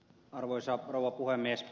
arvoisa rouva puhemies